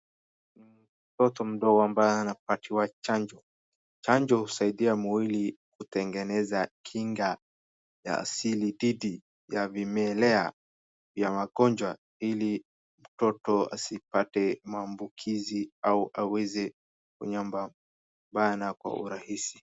Ni mtoto mdogo ambaye anapatiwa chanjo. Chanjo husaidia mwili kutengeneza kinga ya asili dhidi ya vimelea vya magonjwa ili mtoto asipate maambukizi au aweze kunyambamba kwa urahisi.